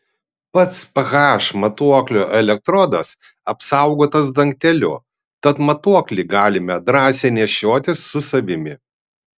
pats ph matuoklio elektrodas apsaugotas dangteliu tad matuoklį galime drąsiai nešiotis su savimi